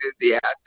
enthusiastic